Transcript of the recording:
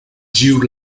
jude